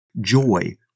joy